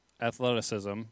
athleticism